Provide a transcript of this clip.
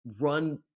run